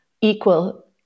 equal